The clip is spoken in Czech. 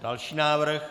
Další návrh.